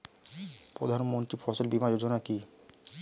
প্রধানমন্ত্রী ফসল বীমা যোজনা কি?